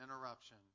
interruption